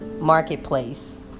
marketplace